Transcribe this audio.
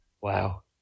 wow